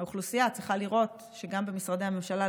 האוכלוסייה צריכה לראות שגם במשרדי הממשלה,